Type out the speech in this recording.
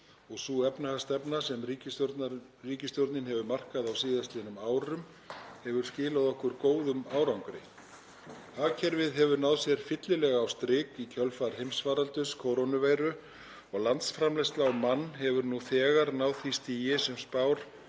og sú efnahagsstefna sem ríkisstjórnarinnar hefur markað á síðastliðnum árum hefur skilað okkur góðum árangri. Hagkerfið hefur náð sér fyllilega á strik í kjölfar heimsfaraldurs kórónuveiru og landsframleiðsla á mann hefur nú þegar náð því stigi sem spár